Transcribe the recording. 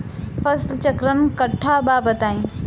फसल चक्रण कट्ठा बा बताई?